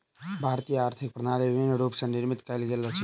भारतीय आर्थिक प्रणाली विभिन्न रूप स निर्मित कयल गेल अछि